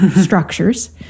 structures